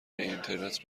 اینترنت